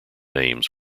names